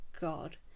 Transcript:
God